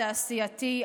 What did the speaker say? תעשייתי,